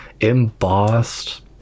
embossed